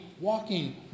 walking